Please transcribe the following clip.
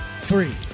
three